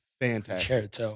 fantastic